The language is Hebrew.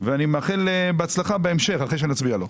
ואני מאחל בהצלחה בהמשך אחרי שנצביע לו.